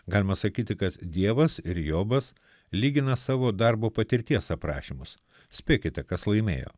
galima sakyti kad dievas ir jobas lygina savo darbo patirties aprašymus spėkite kas laimėjo